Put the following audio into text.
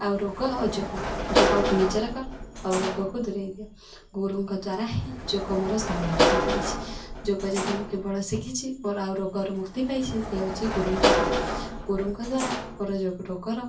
ଆଉ ରୋଗ ଆଉ ଯୋଗ ଯୋଗକୁ ନିଜର କର ଆଉ ରୋଗକୁ ଦୂରାଇ ଦିଅ ଗୁରୁଙ୍କ ଦ୍ୱାରା ହିଁ ଯୋଗ ମୋର ସମ୍ଭବ ହୋଇପାରିଛି ଯୋଗ ଯଦି ମୁଁ କେବଳ ଶିଖିଛି ମୋର ଆଉ ରୋଗରୁ ମୁକ୍ତି ପାଇଛି ସିଏ ହେଉଛି ଗୁରୁଙ୍କ ପାଇଁ ଗୁରୁଙ୍କ ଦ୍ୱାରା ମୋର ଯୋ ରୋଗର